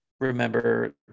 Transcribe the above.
Remember